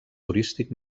turístic